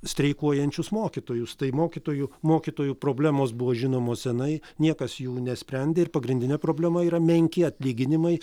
streikuojančius mokytojus tai mokytojų mokytojų problemos buvo žinomos seniai niekas jų nesprendė ir pagrindinė problema yra menki atlyginimai